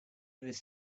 this